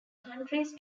countries